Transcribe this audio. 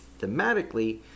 thematically